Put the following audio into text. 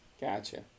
Gotcha